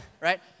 right